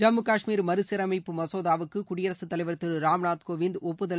ஜம்மு காஷ்மீர் மறுசீரமைப்பு மசோதாவுக்கு குடியரசுத்தலைவர் திரு ராம்நாத் கோவிந்த் ஒப்புதல்